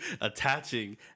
attaching